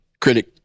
critic